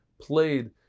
played